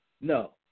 No